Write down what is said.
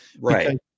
Right